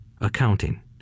accounting